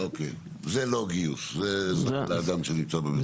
זה לא גיוס, זה לעזור לאדם שנמצא במצוקה.